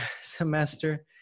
semester